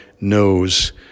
knows